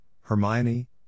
Hermione